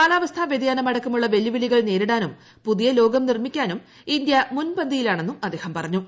കാലാവസ്ഥാ വൃതിയാനം അടക്കമുള്ള വെല്ലുവിളികൾ നേരിടാനും പുതിയ ലോകം നിർമ്മിക്കാനും ഇന്ത്യ മുൻപന്തിയിലാണെന്നും അദ്ദേഹം പറഞ്ഞു